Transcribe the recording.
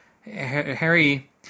Harry